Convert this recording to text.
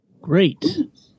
Great